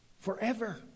forever